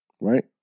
right